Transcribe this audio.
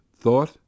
thought